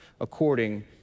according